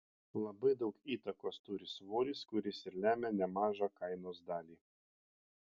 labai daug įtakos turi svoris kuris ir lemia nemažą kainos dalį